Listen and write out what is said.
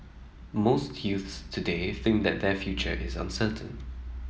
most youths today think that their future is uncertain